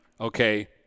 okay